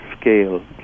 scale